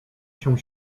się